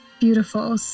beautiful